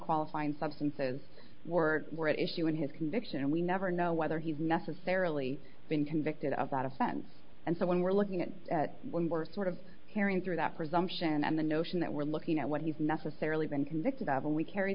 qualifying substances were at issue in his conviction and we never know whether he's necessarily been convicted of that offense and so when we're looking at when we're sort of hearing through that presumption and the notion that we're looking at what he's necessarily been convicted of and we carry